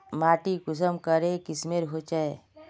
माटी कुंसम करे किस्मेर होचए?